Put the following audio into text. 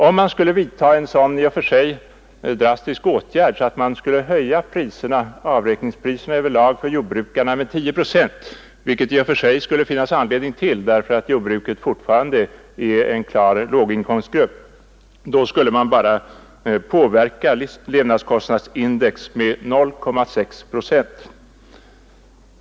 Om man skulle vidta en sådan drastisk åtgärd som att höja avräkningspriserna över lag för jordbrukarna med 10 procent — vilket det i och för sig skulle finnas anledning till, därför att jordbrukarna fortfarande är en klar låginkomstgrupp — skulle man påverka levnads kostnadsindex med bara 0,6 procent.